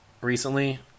recently